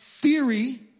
theory